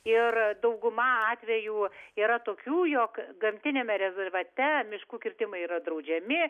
ir dauguma atvejų yra tokių jog gamtiniame rezervate miškų kirtimai yra draudžiami